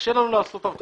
קשה לנו לעשות הבחנה